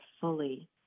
fully